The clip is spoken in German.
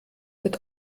wird